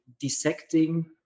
dissecting